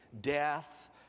Death